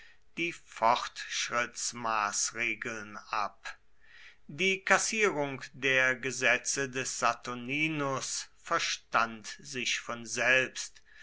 die fortschrittsmaßregeln ab die kassierung der gesetze des saturninus verstand sich von selbst